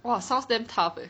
!wah! sounds damn tough eh